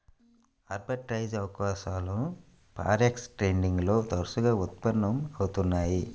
arbitrage అవకాశాలు forex trading లో తరచుగా ఉత్పన్నం అవుతున్నయ్యి